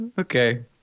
Okay